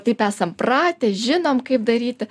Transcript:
taip esam pratę žinom kaip daryti